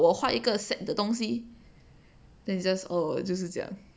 我画一个 set 的东西 then 你 just oh 就是这样